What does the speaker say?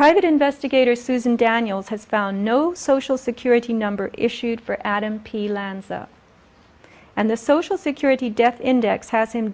private investigator susan daniels has found no social security number issued for adam p lanza and the social security death index has him